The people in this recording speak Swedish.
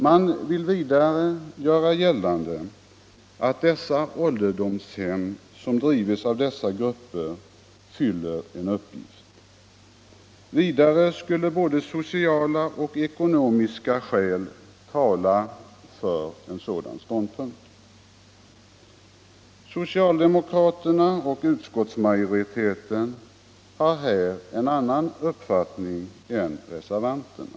Man gör gällande att ålderdomshem som drivs av dessa grupper fyller en uppgift. Vidare skulle både sociala och ekonomiska skäl tala för en sådan ståndpunkt. Socialdemokraterna och utskottsmajoriteten har här en annan uppfattning än reservanterna.